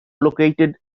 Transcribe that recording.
located